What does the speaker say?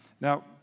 now